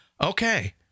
Okay